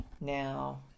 now